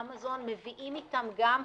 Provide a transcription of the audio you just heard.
אמזון מביאים איתם גם חדשנות,